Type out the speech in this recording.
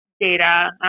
data